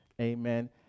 Amen